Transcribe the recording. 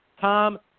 Tom